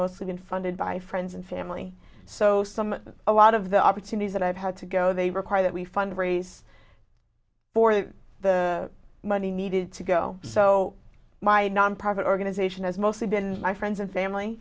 mostly been funded by friends and family so some a lot of the opportunities that i've had to go they require that we fundraise for the money needed to go so my nonprofit organization has mostly been my friends and family